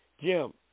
Jim